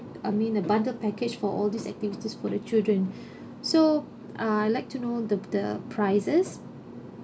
I mean the bundle package for all these activities for the children so I'd like to know the the prices